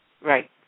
Right